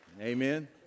Amen